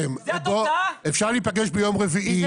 אפשר להיפגש ביום רביעי,